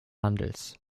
handels